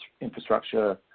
infrastructure